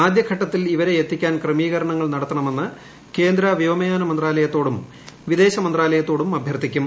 ആദ്യഘട്ടത്തിൽ ഇവരെ എത്തിക്കാൻ ക്രമീകരണങ്ങൾ കൂട്ടത്ത്ണമെന്ന് കേന്ദ്ര വ്യോമയാന മന്ത്രാലയത്തോടും വിദേശ ്യമന്ത്രാലയത്തോടും അഭ്യർത്ഥിക്കും